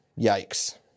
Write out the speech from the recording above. Yikes